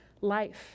life